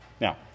Now